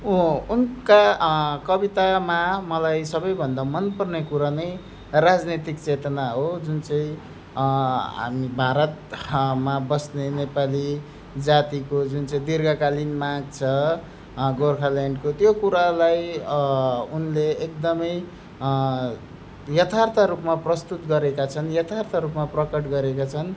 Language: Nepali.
ऊ उनका कवितामा मलाई सबैभन्दा मनपर्ने कुरा नै राजनैतिक चेतना हो जुन चाहिँ हामी भारत मा बस्ने नेपाली जातिको जुन चाहिँ दीर्घकालीन माग छ गोर्खाल्यान्डको त्यो कुरालाई उनले एकदमै यथार्थ रूपमा प्रस्तुत गरेका छन् यथार्थ रूपमा प्रकट गरेका छन्